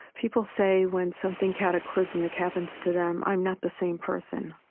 people say, when something cataclysmic happens to them, i'm not the same person.